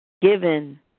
given